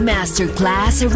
Masterclass